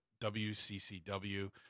wccw